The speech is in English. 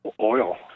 oil